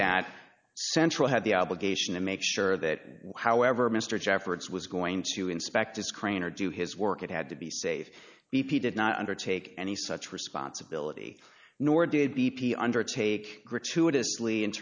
that central had the obligation to make sure that however mr jeffords was going to inspect his crane or do his work it had to be safe b p did not undertake any such responsibility nor did b p undertake gratuitously in